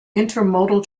intermodal